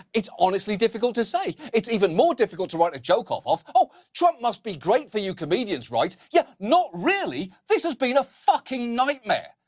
it's honestly difficult to say. it's even more difficult to write a joke off of. oh, trump must be great for you comedians, right? yeah, not really, this has been a fucking nightmare.